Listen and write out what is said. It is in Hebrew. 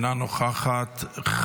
אינה נוכחת.